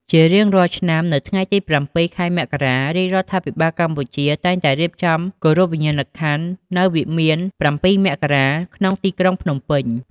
ជារៀងរាល់ឆ្នាំ នៅថ្ងៃទី៧ ខែមករា រាជរដ្ឋាភិបាលកម្ពុជាតែងតែរៀបចំពិធីគោរពវិញ្ញាណក្ខន្ធនៅវិមាន៧ មករា ក្នុងទីក្រុងភ្នំពេញ ។